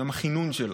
מיום הכינון שלה.